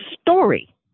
story